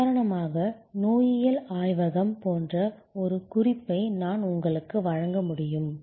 உதாரணமாக நோயியல் ஆய்வகம் போன்ற ஒரு குறிப்பை நான் உங்களுக்கு வழங்க முடியும்